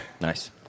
Nice